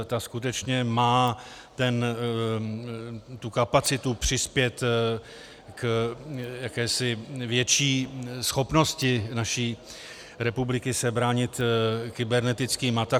Ta skutečně má tu kapacitu přispět k jakési větší schopnosti naší republiky se bránit kybernetickým atakům.